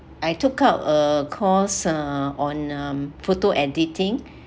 I took out a course uh on um photo editing